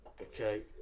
Okay